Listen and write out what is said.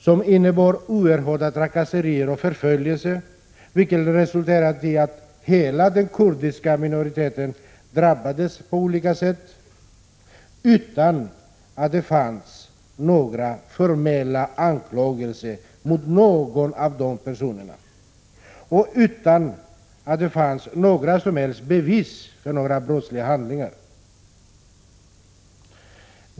Det innebar oerhörda förföljelser och resulterade i att hela den kurdiska minoriteten drabbades på olika sätt utan att det fanns några formella anklagelser mot någon av de utsatta och utan att det fanns några som helst bevis för några brottsliga handlingar.